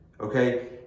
Okay